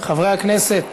חברי הכנסת,